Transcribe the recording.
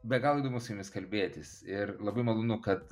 be galo įdomu su jumis kalbėtis ir labai malonu kad